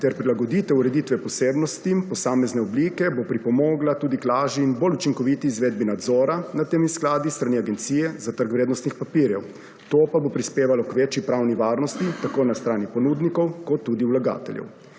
ter prilagoditev ureditve posebnostim posamezne oblike bo pripomogla tudi k lažjim, bolj učinkoviti izvedbi nadzora nad temi skladi s strani Agencije za trg vrednostnih papirjev. To pa bo prispevalo k večji pravni varnosti, tako na strani ponudnikov, kot tudi vlagateljev.